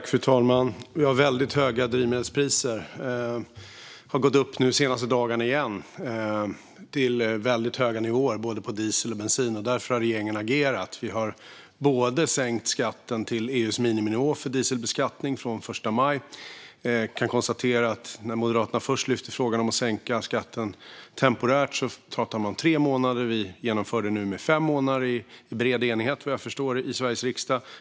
Fru talman! Vi har höga drivmedelspriser, och de senaste dagarna har både diesel och bensinpriserna gått upp igen till väldigt höga nivåer. Därför har regeringen agerat och från den 1 maj sänkt skatten till EU:s miniminivå för dieselbeskattning. När Moderaterna först lyfte upp frågan om att sänka skatten temporärt sa de tre månader, men vi genomför det nu i fem månader, vilket sker, såvitt jag förstår, med bred enighet i Sveriges riksdag.